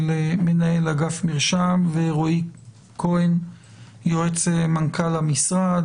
מנהל אגף מרשם, ורועי כהן יועץ מנכ"ל המשרד.